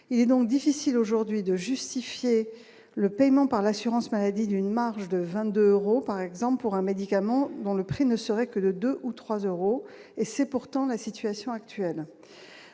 il est donc difficile aujourd'hui de justifier le paiement par l'assurance maladie, d'une marge de 22 euros par exemple pour un médicament dont le prix ne serait que le 2 ou 3 euros et c'est pourtant la situation actuelle,